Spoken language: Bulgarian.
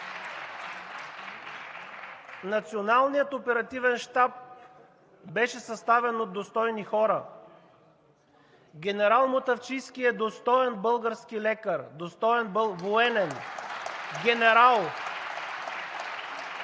Националният оперативен щаб беше съставен от достойни хора. Генерал Мутафчийски е достоен български лекар, достоен военен, генерал